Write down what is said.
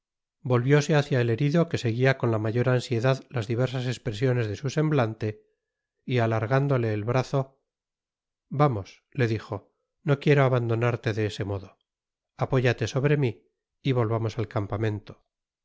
corazon volvióse hácia el herido que se guia con la mayor ansiedad las diversas espresiones de su semblante y alargándole el brazo vamos le dijo no quiero abandonarte de ese modo apóyate sobre mi y volvamos al campamento